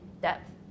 depth